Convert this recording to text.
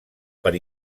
per